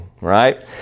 right